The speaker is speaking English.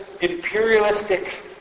imperialistic